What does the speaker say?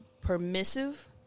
permissive